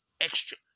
extra